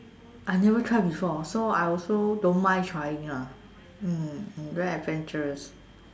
I never try before so I also don't mind trying lah mm I'm very adventurous